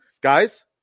guys